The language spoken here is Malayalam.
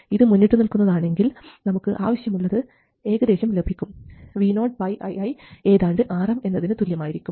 ഇതു മുന്നിട്ടുനിൽക്കുന്നതാണെങ്കിൽ നമുക്ക് ആവശ്യമുള്ളത് ഏകദേശം ലഭിക്കും voiiഏതാണ്ട് Rm എന്നതിന് തുല്യമായിരിക്കും